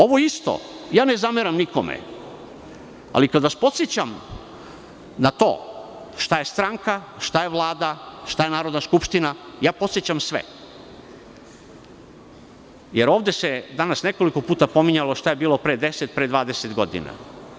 Ovo isto ne zameram nikome, ali kad vas podsećam na to šta je stranka, šta je Vlada, šta je Narodna skupština, podsećam sve, jer ovde se danas nekoliko puta pominjalo šta je bilo pre 10, pre 20 godina.